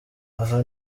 aha